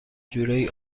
جورایی